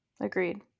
Agreed